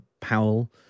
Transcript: Powell